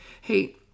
Hey